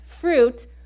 fruit